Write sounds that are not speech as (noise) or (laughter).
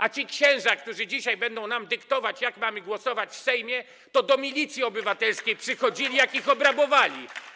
A ci księża, którzy dzisiaj będą nam dyktować, jak mamy głosować w Sejmie, to do Milicji Obywatelskiej przychodzili, (applause) jak ich obrabowali.